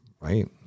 Right